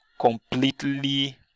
completely